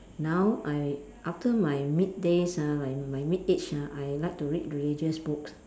now I after my mid days ah like my mid age ah I like to read religious book